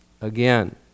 again